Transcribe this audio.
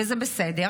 וזה בסדר,